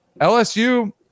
LSU